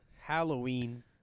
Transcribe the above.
Halloween